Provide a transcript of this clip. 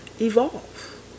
evolve